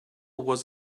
was